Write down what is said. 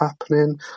happening